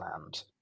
land